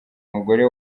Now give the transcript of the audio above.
umugore